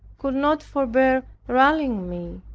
could not forbear rallying me.